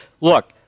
look